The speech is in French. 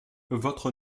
votre